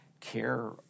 care